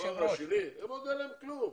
עוד אין להם כלום.